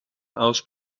aus